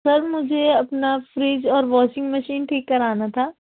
سر مجھے اپنا فریج اور واشنگ مشین ٹھیک کرانا تھا